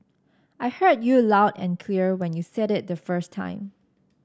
I heard you loud and clear when you said it the first time